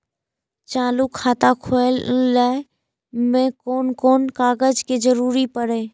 चालु खाता खोलय में कोन कोन कागज के जरूरी परैय?